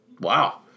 Wow